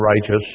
righteous